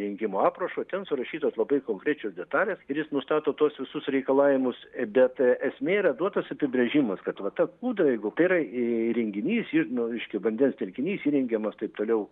įrengimo aprašo ten surašytos labai konkrečios detalės ir jis nustato tuos visus reikalavimus bet esmė yra duotas apibrėžimas kad va ta kūdra jeigu tai yra įrenginys nu reiškia vandens telkinys įrengiamas taip toliau